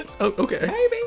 Okay